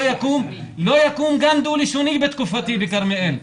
לא יקום גן דו-לשוני בתקופתי בכרמיאל.